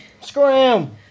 Scram